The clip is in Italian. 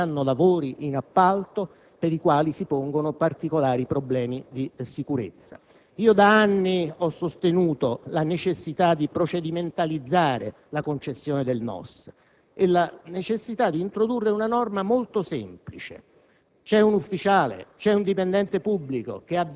oppure abilitazioni concesse alle imprese che hanno lavori in appalto per i quali si pongono particolari problemi di sicurezza. Da anni ho sostenuto la necessità di procedimentalizzare la concessione del NOS e di introdurre una norma molto semplice: